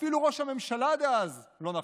אפילו ראש הממשלה דאז לא נכח.